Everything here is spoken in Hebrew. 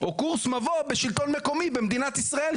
או קורס מבוא בשלטון מקומי במדינת ישראל.